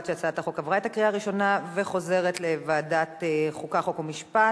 התשע"ב 2012, לוועדת החוקה, חוק ומשפט